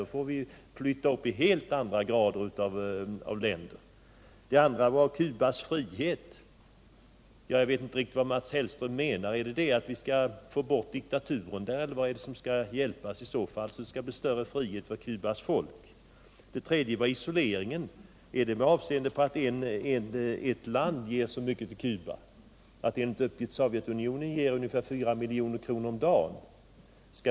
Då får vi vända oss till helt andra typer av samarbetsländer. Ett annat skäl som Mats Hellström anförde var Cubas frihet. Jag vet inte riktigt vad Mats Hellström menar med det. Är det att vi skall medverka till att få bort diktaturen där, eller är det i någon annan riktning vi skall hjälpa Cuba till större frihet för dess folk? Det tredje skälet var Cubas isolering. Tänker Mats Hellström i det sammanhanget på att ett visst land ger så mycket till Cuba? Enligt uppgift ger ju Sovjetunionen ungefär 4 miljoner om dagen till Cuba.